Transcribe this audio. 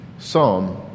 psalm